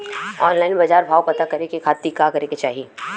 Online बाजार भाव पता करे के खाती का करे के चाही?